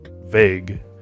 vague